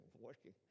working